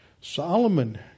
Solomon